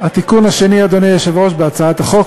התיקון השני בהצעת החוק,